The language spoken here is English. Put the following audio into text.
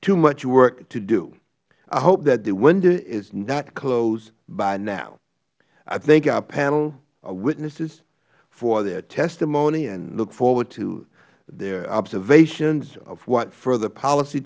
too much work to do i hope that the window is not closed by now i thank our panel of witnesses for their testimony and look forward to their observations of what further policy